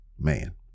man